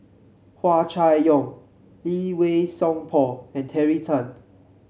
Hua Chai Yong Lee Wei Song Paul and Terry Tan